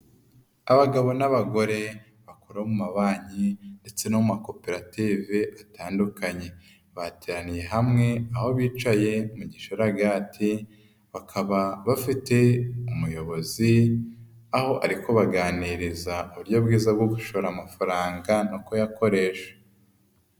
Abagabo n'abagore bakora mu mabanki ndetse no mu makoperative atandukanye, bateraniye hamwe aho bicaye mu gishargati, bakaba bafite umuyobozi aho ariko baganiriza uburyo bwiza bwo gushora amafaranga no kuyakoresha.